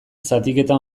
zatiketa